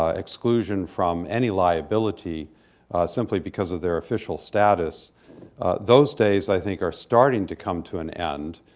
ah exclusion from any liability simply because of their official status those days, i think, are starting to come to an end.